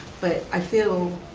but i feel